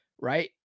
right